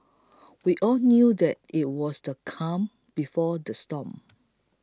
we all knew that it was the calm before the storm